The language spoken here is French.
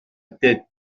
tête